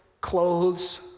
clothes